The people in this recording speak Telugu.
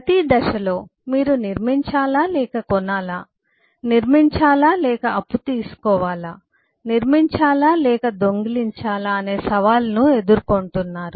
ప్రతి దశలో మీరు నిర్మించాలా లేక కొనాలా నిర్మించాలా లేక అప్పు తీసుకోవాలా నిర్మించాలా లేక దొంగిలించాలా అనే సవాలును ఎదుర్కొంటున్నారు